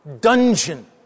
dungeon